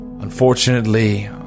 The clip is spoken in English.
Unfortunately